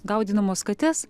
gaudydamos kates